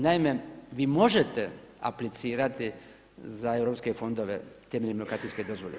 Naime, vi možete aplicirati za europske fondove temeljem lokacijske dozvole.